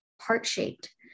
heart-shaped